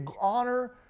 honor